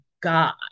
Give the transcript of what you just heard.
God